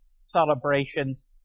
celebrations